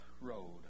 road